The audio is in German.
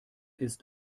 ist